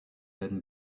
den